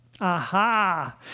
Aha